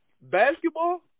Basketball